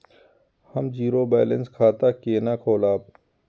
हम zero balance खाता केना खोलाब?